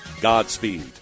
Godspeed